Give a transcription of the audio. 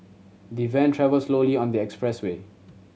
the van travelled slowly on the expressway